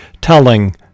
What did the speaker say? telling